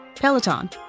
Peloton